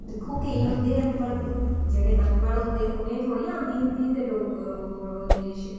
दिक्खो केईं होंदे अनपढ़ जेह्ड़े अनपढ़ होंदे उनें थोह्ड़ी आंदी हिंदी ते डोगरी ओह् ओह् इंग्लिश